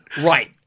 Right